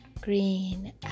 Green